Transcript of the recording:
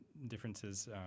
differences